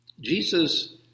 Jesus